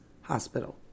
Hospital